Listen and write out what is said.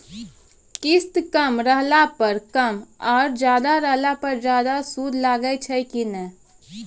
किस्त कम रहला पर कम और ज्यादा रहला पर ज्यादा सूद लागै छै कि नैय?